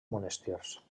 monestirs